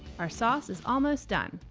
our sauce is almost done!